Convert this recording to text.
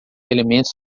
elementos